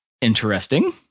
Interesting